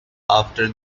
after